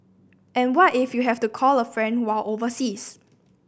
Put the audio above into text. and what if you have to call a friend while overseas